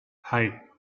hei